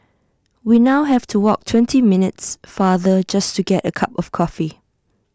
we now have to walk twenty minutes farther just to get A cup of coffee